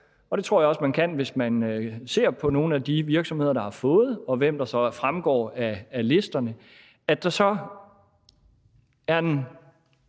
– hvad jeg også tror man kan, hvis man ser på nogle af de virksomheder, der har fået, og på, hvem der så fremgår af listerne – at der så er